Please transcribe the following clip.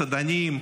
מסעדנים,